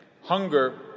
hunger